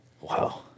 Wow